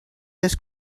this